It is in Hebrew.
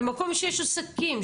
במקום שיש עסקים,